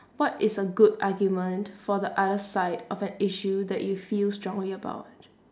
what is a good argument for the other side of an issue that you feel strongly about